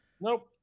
Nope